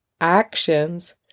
actions